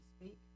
speak